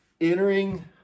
entering